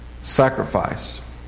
sacrifice